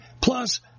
plus